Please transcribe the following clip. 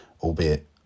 albeit